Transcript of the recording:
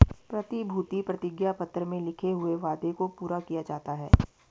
प्रतिभूति प्रतिज्ञा पत्र में लिखे हुए वादे को पूरा किया जाता है